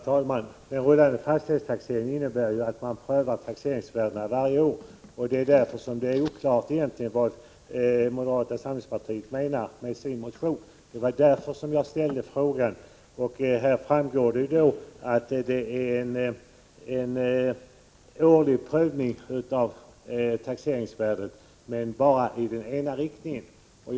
Herr talman! Den rullande fastighetstaxeringen innebär ju att man prövar taxeringsvärdena varje år, och det är därför som det är oklart vad moderata samlingspartiet menar med sin motion. Det var därför jag ställde frågan. Av svaret framgår att det är en årlig prövning man förordar, men bara i den ena riktningen.